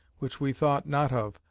which we thought not of,